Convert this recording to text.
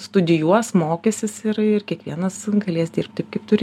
studijuos mokysis ir ir kiekvienas galės dirbt taip kaip turi